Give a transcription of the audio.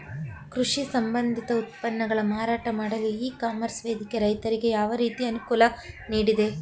ಕೃಷಿ ಸಂಬಂಧಿತ ಉತ್ಪನ್ನಗಳ ಮಾರಾಟ ಮಾಡಲು ಇ ಕಾಮರ್ಸ್ ವೇದಿಕೆ ರೈತರಿಗೆ ಯಾವ ರೀತಿ ಅನುಕೂಲ ನೀಡಿದೆ?